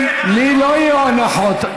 לי לא יהיו הנחות.